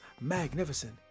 magnificent